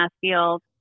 field